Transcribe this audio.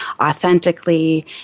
authentically